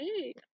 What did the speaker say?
hey